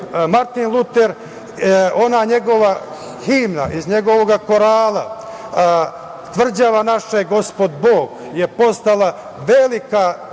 Martin Luter, ona njegova himna iz njegovog "Korala" - Tvrđava naša gospod Bog, je postala velika